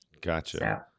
Gotcha